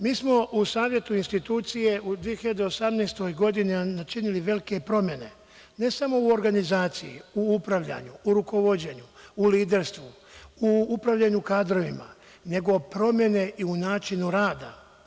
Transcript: Mi smo u Savetu institucije u 2018. godini načinili velike promene, ne samo u organizaciji, u upravljanju, u rukovođenju, u liderstvu, u upravljanju kadrovima, nego promene i u načinu rada.